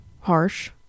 harsh